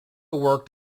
worked